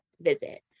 visit